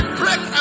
break